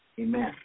Amen